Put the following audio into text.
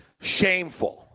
Shameful